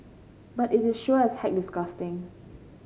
but it is sure as heck disgusting